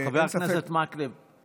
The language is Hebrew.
חבר הכנסת מקלב,